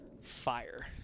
fire